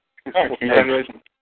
Congratulations